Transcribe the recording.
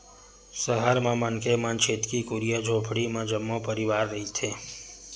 सहर म मनखे मन छितकी कुरिया झोपड़ी म जम्मो परवार रहिथे